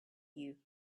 you